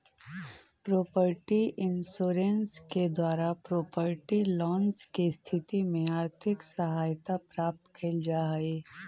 property insurance के द्वारा property loss के स्थिति में आर्थिक सहायता प्राप्त कैल जा हई